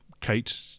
Kate